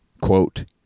quote